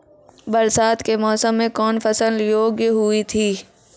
बरसात के मौसम मे कौन फसल योग्य हुई थी?